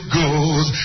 goes